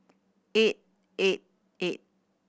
eight eight eight